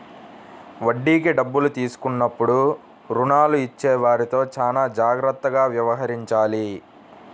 వడ్డీకి డబ్బులు తీసుకున్నప్పుడు రుణాలు ఇచ్చేవారితో చానా జాగ్రత్తగా వ్యవహరించాలి